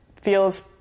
feels